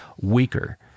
weaker